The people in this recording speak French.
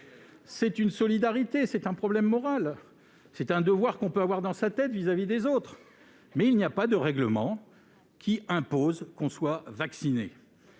C'est une solidarité, c'est un problème moral, c'est un devoir que l'on peut s'assigner à soi-même vis-à-vis des autres, mais il n'y a pas de règle qui imposerait que l'on soit vacciné.